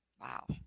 Wow